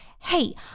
hey